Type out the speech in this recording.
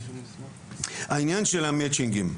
העניין של המצ'ינגים,